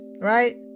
right